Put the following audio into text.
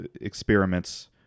experiments